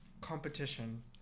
competition